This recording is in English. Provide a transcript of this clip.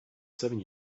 seven